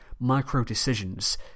micro-decisions